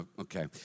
okay